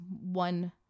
one